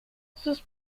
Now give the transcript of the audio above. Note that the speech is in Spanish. sus